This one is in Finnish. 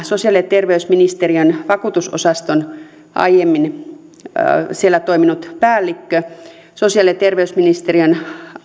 sosiaali ja terveysministeriön vakuutusosastolla aiemmin toiminut päällikkö sosiaali ja terveysministeriön